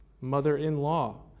mother-in-law